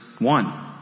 One